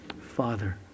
Father